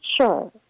Sure